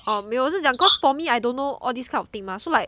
orh 没有我是讲 cause for me I don't know all this kind of thing mah so like